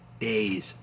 days